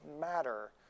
matter